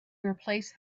replace